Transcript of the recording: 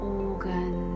organ